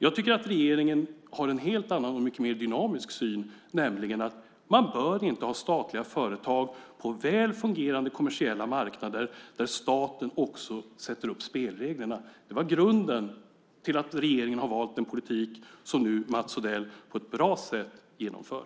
Jag tycker att regeringen har en helt annan och mycket mer dynamisk syn, nämligen att man inte bör ha statliga företag på väl fungerande kommersiella marknader där staten också sätter upp spelreglerna. Det var grunden till att regeringen har valt den politik som Mats Odell nu på ett bra sätt genomför.